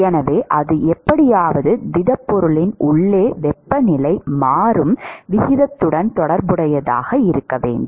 எனவே அது எப்படியாவது திடப்பொருளின் உள்ளே வெப்பநிலை மாறும் விகிதத்துடன் தொடர்புடையதாக இருக்க வேண்டும்